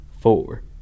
four